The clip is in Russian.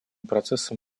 процессом